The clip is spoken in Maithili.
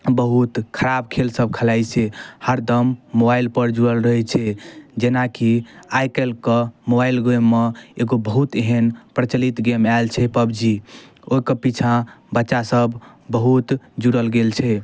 बहुत खराब खेलसब खेलाइ छै हरदम मोबाइलपर जुड़ल रहै छै जेनाकि आइकाल्हिके मोबाइल गेममे एगो बहुत एहन प्रचलित गेम आएल छै पब्जी ओहिके पिछाँ बच्चासभ बहुत जुड़ल गेल छै